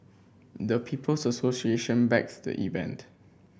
the People's Association backed the event